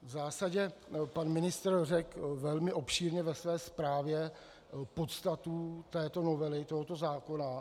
V zásadě pan ministr řekl velmi obšírně ve své zprávě podstatu této novely tohoto zákona.